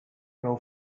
prou